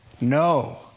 no